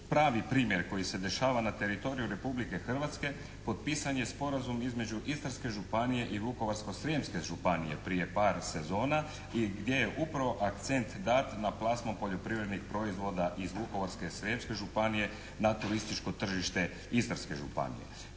pravi primjer koji se dešava na teritoriju Republike Hrvatske potpisan je sporazum između Istarske županije i Vukovarsko-srijemske županije prije par sezona i gdje je upravo akcent dat …/Govornik se ne razumije./… poljoprivrednih proizvoda iz Vukovarsko-srijemske županije na turističko tržište Istarske županije.